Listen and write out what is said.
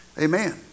Amen